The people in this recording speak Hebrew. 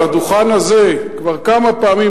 על הדוכן הזה כבר כמה פעמים,